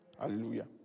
Hallelujah